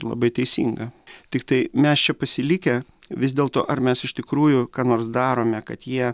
labai teisinga tiktai mes čia pasilikę vis dėlto ar mes iš tikrųjų ką nors darome kad jie